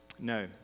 No